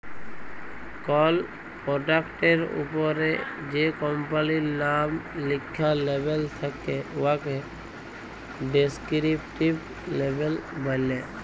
call পরডাক্টের উপরে যে কম্পালির লাম লিখ্যা লেবেল থ্যাকে উয়াকে ডেসকিরিপটিভ লেবেল ব্যলে